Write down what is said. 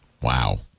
Wow